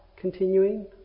continuing